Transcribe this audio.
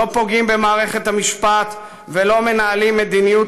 לא פוגעים במערכת המשפט ולא מנהלים מדיניות